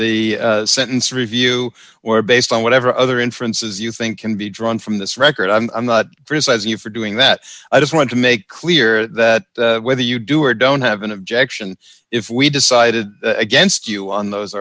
the sentence review or based on whatever other inferences you think can be drawn from this record i'm i'm not criticizing you for doing that i just want to make clear that whether you do or don't have an objection if we decided against you on those